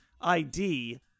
ID